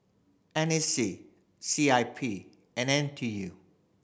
N A C C I P and N T U